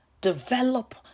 develop